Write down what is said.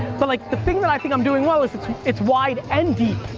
but like the thing that i think i'm doing well is it's it's wide and deep.